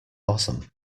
awesome